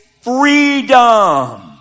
freedom